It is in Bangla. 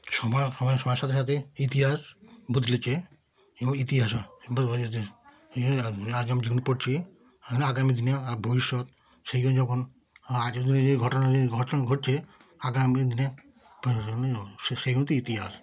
সময় সময়ের সময়ের সাথে সাথে ইতিহাস বদলেছে এবং ইতিহাসও আজ আমি যেগুলো পড়ছি আগামী দিনে ভবিষ্যৎ সেই দিন যখন আগামী দিনে যে ঘটনা যে ঘটনা ঘটছে আগামী দিনে সেগুলো তো ইতিহাস